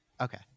Okay